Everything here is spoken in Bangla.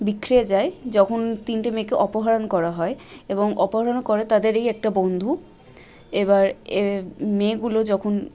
বিখরে যায় যখন তিনটে মেয়েকে অপহরণ করা হয় এবং অপহরণ করে তাদেরই একটা বন্ধু এবার এ মেয়েগুলো যখন